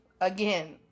again